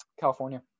California